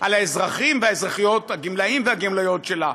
על האזרחים והאזרחיות הגמלאים והגמלאיות שלה,